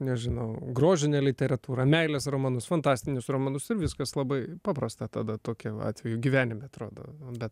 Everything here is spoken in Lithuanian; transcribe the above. nežinau grožinę literatūrą meilės romanus fantastinius romanus ir viskas labai paprasta tada tokiu atveju gyvenime atrodo bet